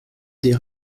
des